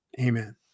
amen